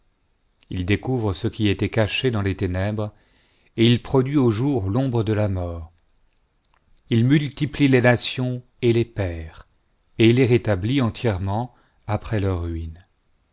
il découvre ce qui était caché dans les ténèbres et il produit au jour l'ombre do la mort il multiplie les nations et les perd à et il les rétablit entièrement après leur i ruine